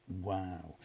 Wow